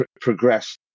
progress